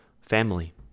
family